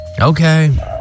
okay